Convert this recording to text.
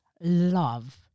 love